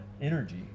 energy